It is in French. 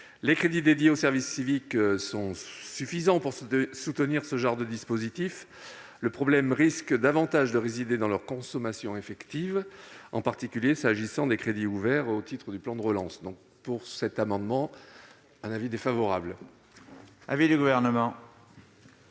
Les crédits dédiés au service civique sont suffisants pour soutenir ce genre de dispositif. Le problème risque davantage de résider dans leur consommation effective, en particulier s'agissant des crédits ouverts au titre du plan de relance. L'avis est donc défavorable. Quel est l'avis du Gouvernement ?